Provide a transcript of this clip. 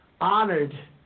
honored